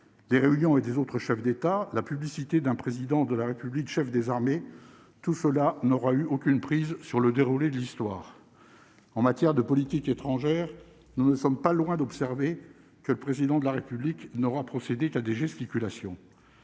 des réunions et des autres chefs d'État, la publicité d'un président de la République, chef des armées, tout cela n'aura eu aucune prise sur le déroulé de l'histoire. En matière de politique étrangère, nous ne sommes pas loin d'observer que le président de la République n'aura procédé à des gesticulations